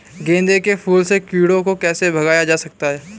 गेंदे के फूल से कीड़ों को कैसे भगाया जा सकता है?